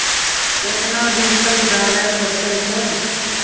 केतना दिन तक डालय परतै सर?